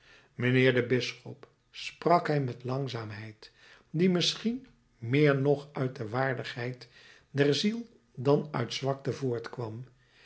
mijnheer de bisschop sprak hij met een langzaamheid die misschien meer nog uit de waardigheid der ziel dan uit zwakte voortkwam